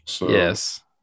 Yes